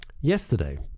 yesterday